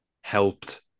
Helped